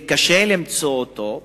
יהיה קשה למצוא אותו.